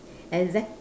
exact